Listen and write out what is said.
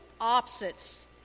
opposites